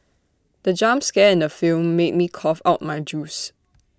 the jump scare in the film made me cough out my juice